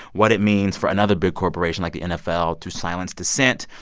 what it means for another big corporation like the nfl to silence dissent,